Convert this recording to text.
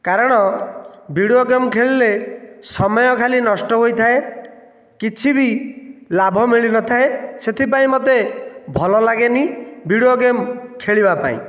କାରଣ video game ଖେଳିଲେ ସମୟ ଖାଲି ନଷ୍ଟ ହୋଇଥାଏ କିଛି ବି ଲାଭ ମିଳିନଥାଏ ସେଥିପାଇଁ ମୋତେ ଭଲ ଲାଗେନି ଭିଡ଼ିଓ ଗେମ୍ ଖେଳିବା ପାଇଁ